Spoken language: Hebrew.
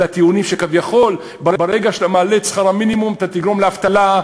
לטיעונים שכביכול ברגע שאתה מעלה את שכר המינימום אתה תגרום לאבטלה,